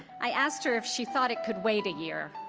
i asked her if she thought it could wait a year.